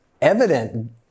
evident